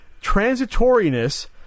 Transitoriness